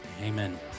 Amen